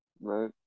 right